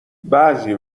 بعضی